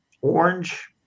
orange